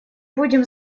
будем